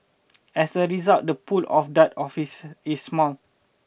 as a result the pool of dart officers is small